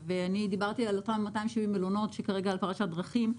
דיברתי עם אותם 270 מלונות שמצויים כרגע על פרשת דרכים.